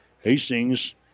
Hastings